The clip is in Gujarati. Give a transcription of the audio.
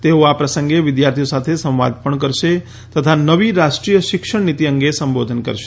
તેઓ આ અપ્રસંગે વિદ્યાર્થીઓ સાથે સંવાદ પણ કરશે તથા નવી રાષ્ટ્રીય શિક્ષણનીતી અંગે સંબોધન કરશે